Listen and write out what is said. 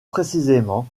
précisément